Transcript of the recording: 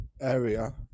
Area